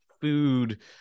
food